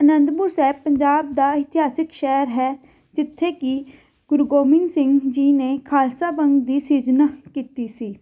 ਅਨੰਦਪੁਰ ਸਾਹਿਬ ਪੰਜਾਬ ਦਾ ਇਤਿਹਾਸਿਕ ਸ਼ਹਿਰ ਹੈ ਜਿੱਥੇ ਕਿ ਗੁਰੂ ਗੋਬਿੰਦ ਸਿੰਘ ਜੀ ਨੇ ਖਾਲਸਾ ਪੰਥ ਦੀ ਸਿਰਜਨਾ ਕੀਤੀ ਸੀ